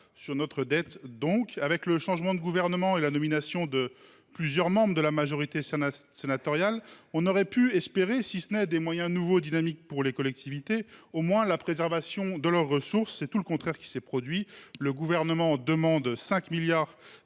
sur notre dette. Avec le changement de gouvernement et la nomination de plusieurs membres de la majorité sénatoriale, on aurait pu espérer sinon des moyens nouveaux dynamiques pour les collectivités, du moins la préservation de leurs ressources. C’est tout le contraire qui s’est produit. Le Gouvernement demande 5 milliards